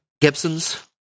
Gibson's